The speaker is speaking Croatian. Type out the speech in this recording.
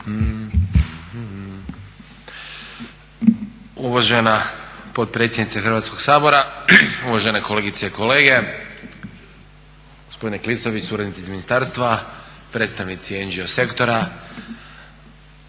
Uvažena potpredsjednice Hrvatskog sabora, uvažene kolegice i kolege, gospodine Klisović, suradnici iz ministarstva, predstavnici NGO sektora